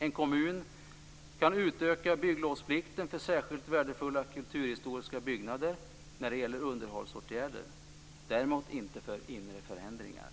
En kommun kan utöka bygglovsplikten för särskilt värdefulla kulturhistoriska byggnader när det gäller underhållsåtgärder, däremot inte för inre förändringar.